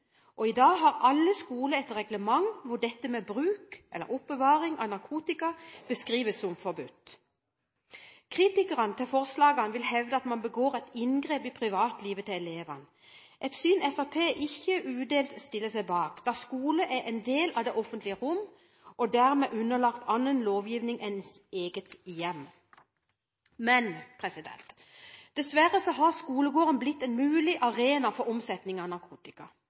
I dag har alle skoler et reglement hvor bruk og oppbevaring av narkotika beskrives som forbudt. Kritikerne til forslagene vil hevde at man begår en inngripen i privatlivet til elevene, et syn Fremskrittspartiet ikke udelt stiller seg bak, da skolen er en del av det offentlige rom og dermed underlagt annen lovgivning enn ens eget hjem. Dessverre har skolegården blitt en mulig arena for omsetning av